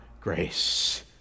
grace